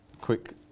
quick